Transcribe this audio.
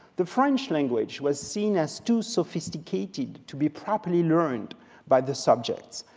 the french language was seen as too sophisticated to be properly learned by the subjects.